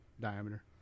diameter